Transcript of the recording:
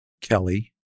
Kelly